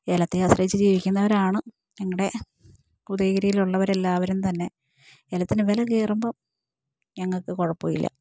എലത്തെ ആശ്രയിച്ച് ജീവിക്കുന്നവരാണ് ഞങ്ങളുടെ ഉദയഗിരിയിലുള്ളവരെല്ലാവരും തന്നെ ഏലത്തിന് വില കയറുമ്പം ഞങ്ങൾക്ക് കുഴപ്പം ഇല്ല